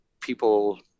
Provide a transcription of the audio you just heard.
people